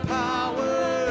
power